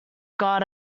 got